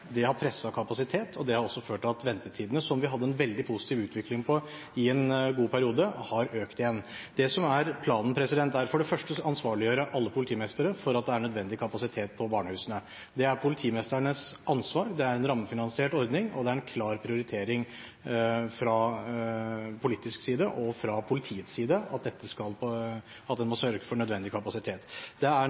Det har presset kapasitet, og det har også ført til at ventetidene, som vi hadde en veldig positiv utvikling på i en god periode, har økt igjen. Det som er planen, er for det første å ansvarliggjøre alle politimestre for at det er nødvendig kapasitet på barnehusene. Det er politimesternes ansvar, det er en rammefinansiert ordning, og det er en klar prioritering fra politisk side og fra politiets side at en må sørge for nødvendig kapasitet – nødvendig utdanningskapasitet og at hvert politidistrikt har nødvendig antall avhørere. Der er